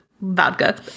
vodka